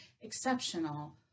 exceptional